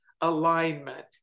alignment